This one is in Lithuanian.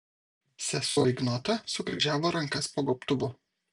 sesuo ignota sukryžiavo rankas po gobtuvu